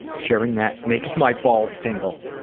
sharing that makes my balls tingle.